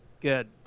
good